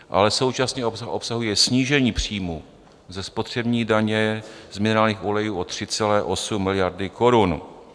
Ale současně obsahuje snížení příjmů ze spotřební daně z minerálních olejů o 3,8 miliardy korun.